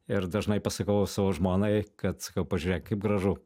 ir dažnai pasakau savo žmonai kad sakau pažiūrėk kaip gražu